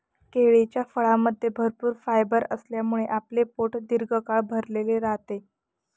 केळीच्या फळामध्ये भरपूर फायबर असल्यामुळे आपले पोट दीर्घकाळ भरलेले राहते